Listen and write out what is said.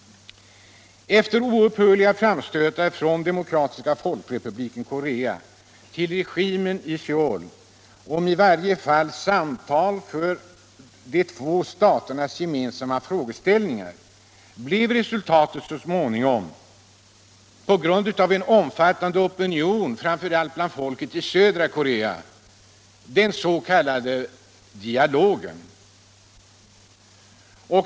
Efter oupphörliga framstötar från Demokratiska folkrepubliken Korea till regimen i Söul om i varje fall samtal om för de två staterna gemensamma frågeställningar blev resultatet så småningom — på grund av en omfattande opinion, framför allt bland folket i södra Korea — den s.k. dialogen.